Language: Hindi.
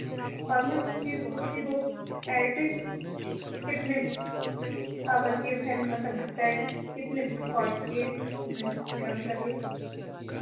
और मैम उसकी उसकी वो बैट्री कितनी पावर की है मतलब बैट्री कितने हर्ट्ज कि है मेरा मतलब ये